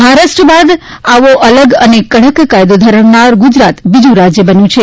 મહારાષ્ટ્ર બાદ આવો અલગ અને કડક કાયદો ધરાવનાર ગુજરાત બીજું રાજ્ય બન્યું છે